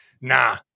Nah